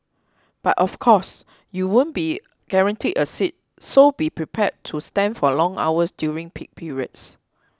but of course you won't be guaranteed a seat so be prepared to stand for long hours during peak periods